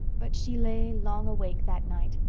but she lay long awake that night,